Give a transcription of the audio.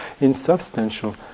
insubstantial